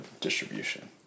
distribution